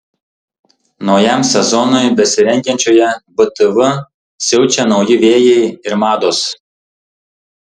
naujam sezonui besirengiančioje btv siaučia nauji vėjai ir mados